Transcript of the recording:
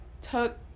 took